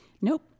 Nope